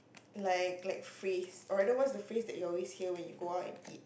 like like phrase or rather what's the phrase that you always hear when you go out and eat